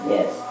Yes